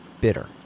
bitter